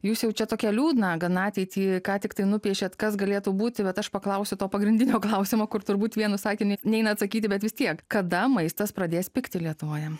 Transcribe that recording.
jūs jau čia tokią liūdną gana ateitį ką tiktai nupiešėt kas galėtų būti bet aš paklausiu to pagrindinio klausimo kur turbūt vienu sakiniu neina atsakyti bet vis tiek kada maistas pradės pigti lietuvoje